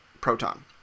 proton